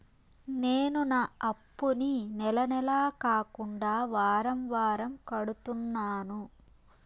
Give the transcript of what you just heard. నేను నా అప్పుని నెల నెల కాకుండా వారం వారం కడుతున్నాను